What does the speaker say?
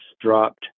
dropped